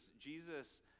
Jesus